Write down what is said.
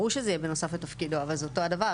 ברור שזה יהיה בנוסף על תפקידו, אבל זה אותו דבר.